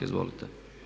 Izvolite.